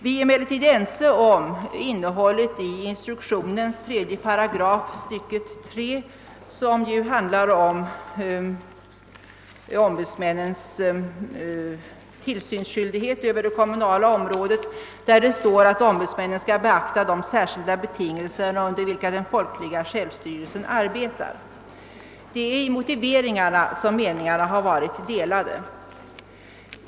Vi är emellertid ense om innehållet i instruktionens 3 §, tredje stycket, som handlar om ombudsmännens tillsynsskyldighet över det kommunala området. I detta stycke föreskrivs, att ombudsmännen skall beakta de särskilda betingelser, under vilka den folkliga självstyrelsen arbetar. Det är i fråga om motiveringen som meningarna varit delade.